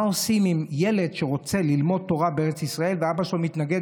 מה עושים עם ילד שרוצה ללמוד תורה בארץ ישראל ואבא שלו מתנגד,